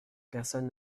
personne